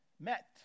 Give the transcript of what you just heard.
met